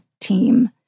team